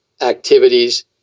activities